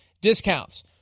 discounts